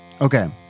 Okay